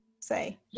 say